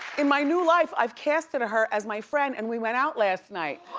in my new life, i've casted her as my friend and we went out last night.